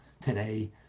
today